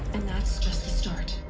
and that's just the start